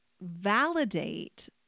validate